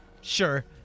Sure